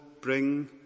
bring